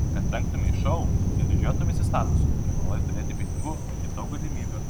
kad rengtumei šou ir didžiuotumeisi statusu privalai turėti pinigų ir daug galimybių